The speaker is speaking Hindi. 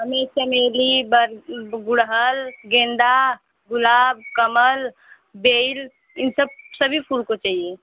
हमें चमेली बल गुड़हल गेंदा गुलाब कमल बेल इन सब सभी फूल को चाहिए